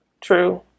True